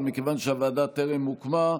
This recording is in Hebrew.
אבל מכיוון שהוועדה טרם הוקמה,